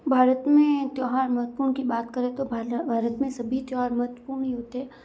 भारत में त्योहार महत्वपूर्ण की बात करे तो भारत मैं सभी त्योहार महत्वपूर्ण ही होते